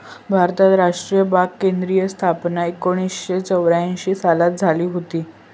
भारतात राष्ट्रीय बाग केंद्राची स्थापना एकोणीसशे चौऱ्यांशी सालात झाली हुती